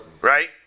Right